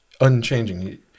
unchanging